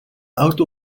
auto